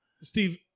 Steve